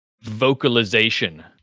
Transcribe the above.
vocalization